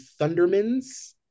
Thundermans